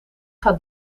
gaat